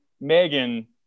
megan